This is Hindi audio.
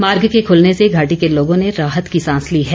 मार्ग के खूलने से घाटी के लोगों ने राहत की सांस ली है